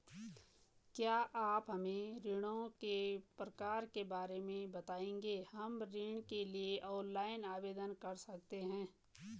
क्या आप हमें ऋणों के प्रकार के बारे में बताएँगे हम ऋण के लिए ऑनलाइन आवेदन कर सकते हैं?